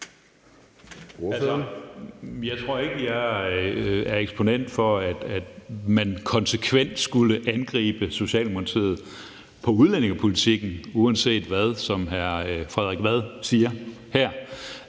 Jeg tror ikke, jeg er eksponent for, at man konsekvent skulle angribe Socialedemokratiet på udenrigspolitikken uanset hvad, som Frederik Vad siger her.